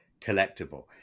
collectible